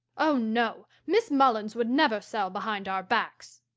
oh, no! miss mullins would never sell behind our backs.